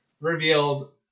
revealed